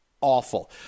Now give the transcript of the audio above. Awful